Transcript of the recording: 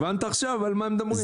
הבנת עכשיו על מה הם מדברים?